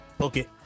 Okay